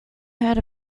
heard